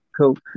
Cool